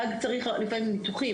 פג צריך לפעמים ניתוח,